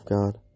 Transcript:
God